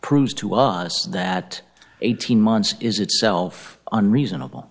proves to us that eighteen months is itself on reasonable